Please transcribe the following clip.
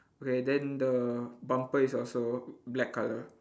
okay then the bumper is also black colour